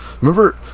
remember